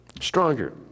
stronger